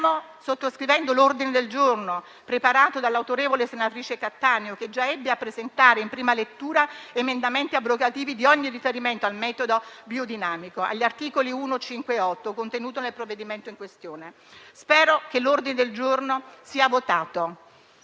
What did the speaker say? sottoscrivendo l'ordine del giorno, preparato dall'autorevole senatrice Cattaneo, che già ebbe a presentare in prima lettura emendamenti abrogativi di ogni riferimento al metodo biodinamico agli articoli 1, 5 e 8 contenuti nel provvedimento in questione. Spero che l'ordine del giorno sia votato.